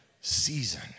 season